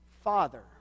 Father